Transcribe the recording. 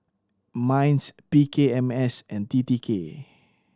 MINDS P K M S and T T K